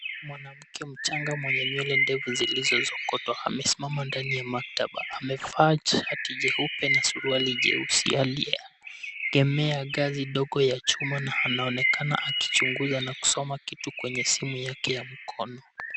Mwanamke mchanga mwenye nywele ndefu zilizosokotwa, amesimama ndani ya maktaba. Amevaa shati jeupe na suruali jeusi, aliye egemea ngazi ndogo ya chuma na anaonekana akichunguza na kusoma kitu kwenye simu yake ya mkono.